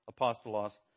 apostolos